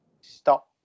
stop